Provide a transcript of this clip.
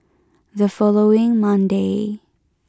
the following Monday